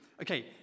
Okay